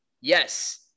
Yes